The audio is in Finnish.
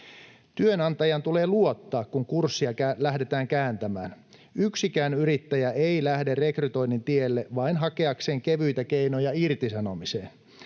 Työnantajan tulee luottaa, kun kurssia lähdetään kääntämään. Yksikään yrittäjä ei lähde rekrytoinnin tielle vain hakeakseen kevyitä keinoja irtisanomiseen.